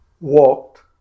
walked